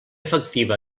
efectiva